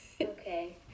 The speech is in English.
Okay